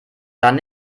dann